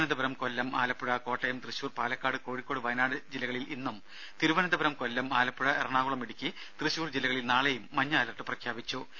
തിരുവനന്തപുരം കൊല്ലം ആലപ്പുഴ കോട്ടയം തൃശൂർ പാലക്കാട് കോഴിക്കോട് വയനാട് ജില്ലകളിൽ ഇന്നും തിരുവനന്തപുരം കൊല്ലം ആലപ്പുഴ എറണാകുളം ഇടുക്കി തൃശൂർ ജില്ലകളിൽ നാളെയും മഞ്ഞ അലർട്ട് പ്രഖ്യാപിച്ചു